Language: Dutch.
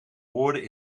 woorden